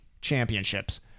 championships